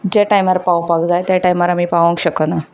जे टायमार पावपाक जाय ते टायमार आमी पावंक शकना